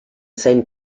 saint